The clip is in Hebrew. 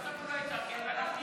בסוף הוא לא יתרגם ואנחנו נהיה,